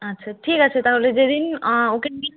আচ্ছা ঠিক আছে তাহলে যেদিন ওকে নিয়ে